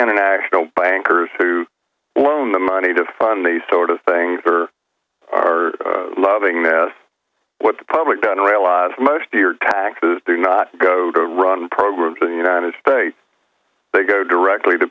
international bankers who loan the money to fund these sort of things are are loving this what the public don't realize most your taxes do not go to run programs in the united states they go directly to